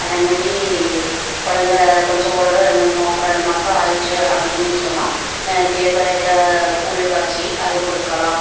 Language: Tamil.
அதே மாதிரி கொழந்த கொஞ்சம் ஓரளவு ரெண்டு மூ ரெண்டு மாசம் ஆயிற்று அப்படின்னு சொன்னால் கேழ்வரகுல கூழ் காய்ச்சி அது கொடுக்கலாம்